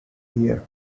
year